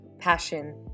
passion